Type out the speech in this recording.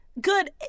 good